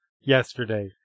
yesterday